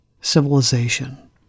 civilization